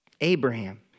Abraham